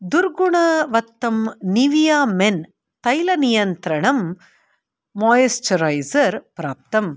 दुर्गुणवत्तं Nivea men तैलनियन्त्रणम् moisturiser प्राप्तम्